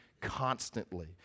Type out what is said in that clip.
constantly